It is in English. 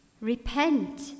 Repent